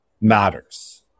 matters